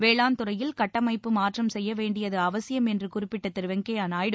வேளாண் துறையில் கட்டமைப்பு மாற்றம் செய்ய வேண்டியது அவசியம் என்று குறிப்பிட்ட திரு வெங்கய்ய நாயுடு